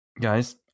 Guys